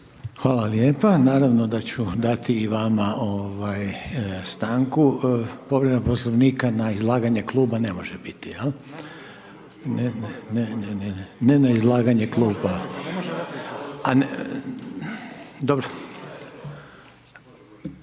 Hvala lijepa. Naravno da ću dati i vama stanku. Povreda Poslovnika na izlaganje kluba ne može biti. .../Upadica se ne čuje./... Dobro.